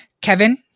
Kevin